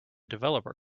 developer